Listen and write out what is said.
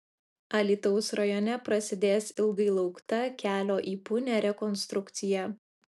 alytaus rajone prasidės ilgai laukta kelio į punią rekonstrukcija